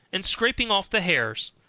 and scraping off the hairs,